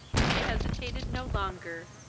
she hesitated no longer,